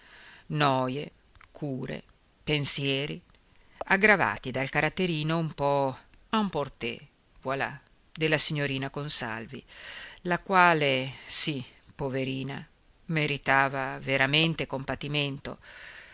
sciagura noje cure pensieri aggravati dal caratterino un po emporté voilà della signorina consalvi la quale sì poverina meritava veramente compatimento